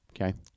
Okay